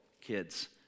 kids